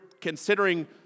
considering